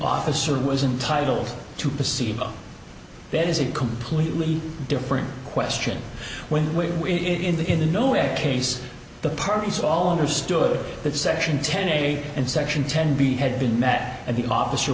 officer was entitle to proceed that is a completely different question when we in the in the no way case the parties all understood that section ten eight and section ten b had been met and the officer